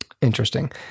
Interesting